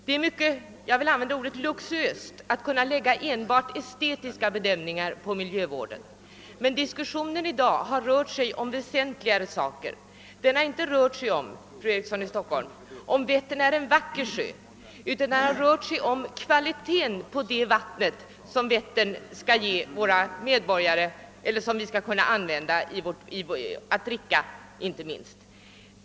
Det är mycket luxuöst — jag vill använda det ordet — att anlägga enbart estetiska bedömningar på miljövården, men diskussionen i dag har rört väsentligare saker. Debatten har inte, fru Eriksson, rört sig om huruvida Vättern är en vacker sjö eller inte, utan den har handlat om kvaliteten på Vätterns vatten och om vattnet går att dricka.